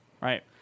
Right